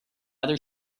other